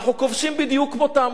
אנחנו כובשים בדיוק כמותם.